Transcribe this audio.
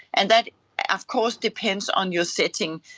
and that of course depends on your setting,